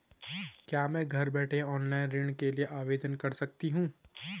क्या मैं घर बैठे ऑनलाइन ऋण के लिए आवेदन कर सकती हूँ?